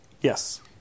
Yes